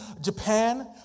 Japan